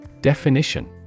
Definition